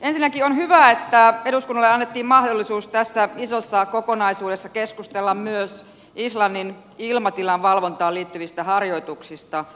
ensinnäkin on hyvä että eduskunnalle annettiin mahdollisuus tässä isossa kokonaisuudessa keskustella myös islannin ilmatilan valvontaan liittyvistä harjoituksista